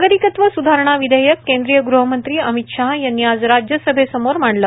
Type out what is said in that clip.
नागरिकत्व सुधारणा विधेयक केंद्रीय गृहमंत्री अमित शहा यांनी आज राज्यसभेसमोर मांडलं